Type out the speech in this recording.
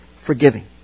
forgiving